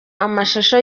amashusho